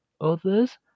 others